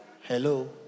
Hello